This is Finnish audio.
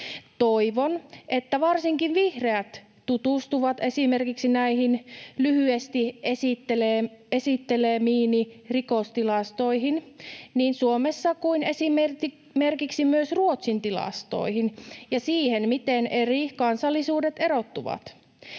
Toivon, että varsinkin vihreät tutustuvat esimerkiksi näihin lyhyesti esittelemiini rikostilastoihin Suomessa ja esimerkiksi myös Ruotsin tilastoihin ja siihen, miten eri kansallisuudet erottuvat.